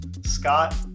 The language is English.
Scott